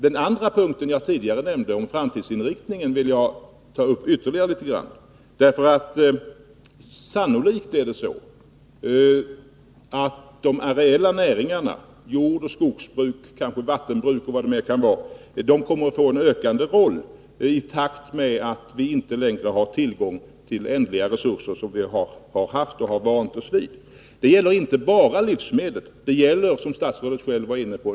Den andra punkten som jag nämnde tidigare, om framtidsinriktningen, vill jag ta upp ytterligare en gång. Det är sannolikt att de areella näringarna jordbruk och skogsbruk — och kanske vattenbruk — kommer att få en större roll i takt med att vi inte längre har tillgång till de ändliga resurser som vi haft och vant oss vid att ha. Det gäller inte bara livsmedel. Det gäller också energi, som statsrådet själv var inne på.